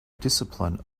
discipline